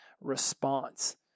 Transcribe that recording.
response